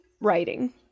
Writing